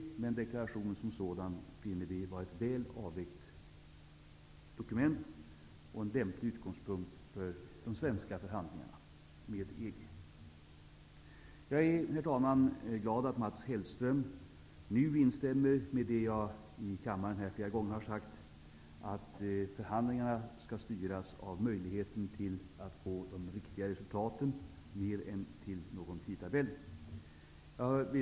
Men vi finner deklarationen som sådan vara ett väl avvägt dokument och en lämplig utgångspunkt för de svenska förhandlingarna med Herr talman! Jag är glad att Mats Hellström nu instämmer i det jag har sagt flera gånger här i kammaren, nämligen att förhandlingarna skall styras mer av möjligheten att få de riktiga resultaten än av en tidtabell.